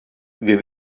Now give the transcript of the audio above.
wir